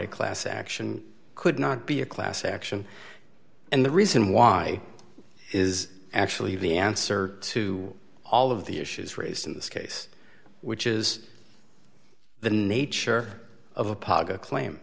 a class action could not be a class action and the reason why is actually the answer to all of the issues raised in this case which is the nature of a paga claim